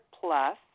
Plus